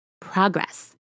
progress